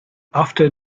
after